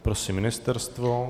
Prosím ministerstvo?